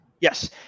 Yes